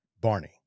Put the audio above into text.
Barney